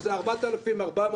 שזה 4,400,